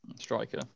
striker